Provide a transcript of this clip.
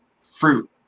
fruit